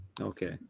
Okay